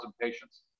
patients